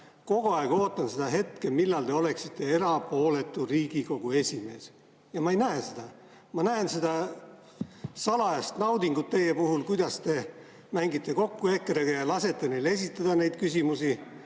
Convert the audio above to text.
kogu aeg ootan seda hetke, millal te oleksite erapooletu Riigikogu esimees – ja ma ei näe seda. Ma näen seda salajast naudingut teie puhul, kuidas te mängite kokku EKRE‑ga ja lasete neil esitada neid küsimusi.